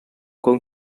kong